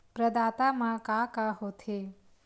प्रदाता मा का का हो थे?